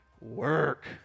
work